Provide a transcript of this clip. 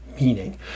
meaning